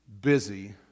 busy